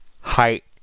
height